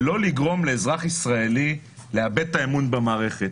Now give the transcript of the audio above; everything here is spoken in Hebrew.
ולא לגרום לאזרח ישראלי לאבד את האמון במערכת,